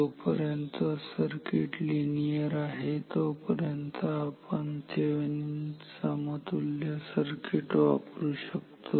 जोपर्यंत circuit linear आहे तोपर्यंत आपण थेवेनिन समतुल्य सर्किट Thevenin's equivalent circuit वापरू शकतो